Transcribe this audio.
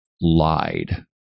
lied